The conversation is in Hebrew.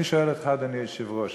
אני שואל אותך, אדוני היושב-ראש,